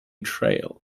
trail